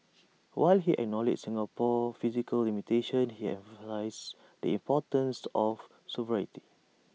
while he acknowledged Singapore's physical limitations he emphasised the importance of sovereignty